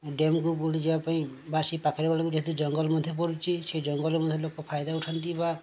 ଡ୍ୟାମ୍କୁ ବୁଲି ଯିବା ପାଇଁ ବା ସେହି ପାଖରେ ଯେତେ ଜଙ୍ଗଲ ମଧ୍ୟ ପଡ଼ୁଛି ସେହି ଜଙ୍ଗଲର ମଧ୍ୟ ଲୋକ ଫାଇଦା ଉଠାନ୍ତି ବା